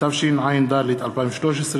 התשע"ד 2013,